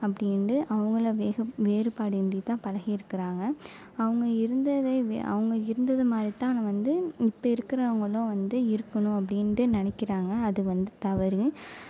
அப்படின்ட்டு அவங்கள வெகு வேறுபாடு தான் பழகிருக்குறாங்க அவங்க இருந்ததே அவங்க இருந்ததமாதிரி தான் நம்ம வந்து இப்போ இருக்கிறவங்களும் வந்து இருக்கணும் அப்படின்ட்டு நினைக்குறாங்க அது வந்து தவறு